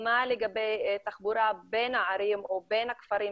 מה לגבי תחבורה בין הערים או בין הכפרים,